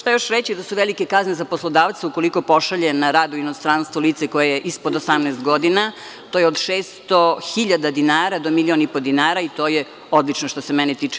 Treba još reći da su velike kazne za poslodavce ukoliko pošalje na rad u inostranstvo lice koje je ispod 18 godina – od 600 hiljada dinara do milion i po dinara i to je odlično, što se mene tiče.